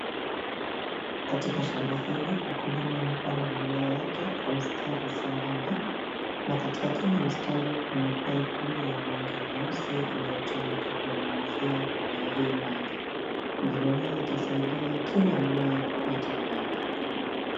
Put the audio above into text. Katika shamba hili mkulima amepanda mimea yake kwa misitari sambamba na katika kila msitari kuna paipu ya rangi nyeusi inayotumika kunyunyizia mimea hii maji. Mbinu hii itasaidia kila mmea kupata maji.